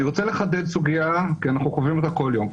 אני רוצה לחדד סוגיה ,כי אנחנו קובעים בה כל יום,